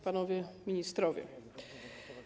Panowie Ministrowie!